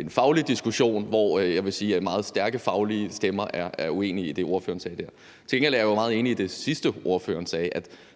en faglig diskussion, hvor jeg vil sige, at meget stærke faglige stemmer er uenige i det, ordføreren sagde der. Til gengæld er jeg meget enig i det sidste, ordføreren sagde,